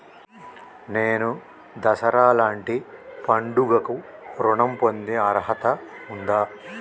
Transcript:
నేను దసరా లాంటి పండుగ కు ఋణం పొందే అర్హత ఉందా?